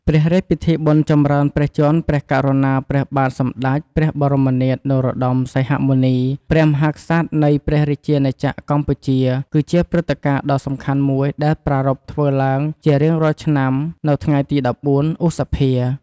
ព្រះរាជពិធីបុណ្យចម្រើនព្រះជន្ម ព្រះករុណា ព្រះបាទសម្តេច ព្រះបរមនាថ នរោត្តម សីហមុនី ព្រះមហាក្សត្រ នៃព្រះរាជាណាចក្រកម្ពុជា គឺជាព្រឹត្តិការណ៍ដ៏សំខាន់មួយដែលប្រារព្ធធ្វើឡើងជារៀងរាល់ឆ្នាំនៅថ្ងៃទី ១៤ ឧសភា។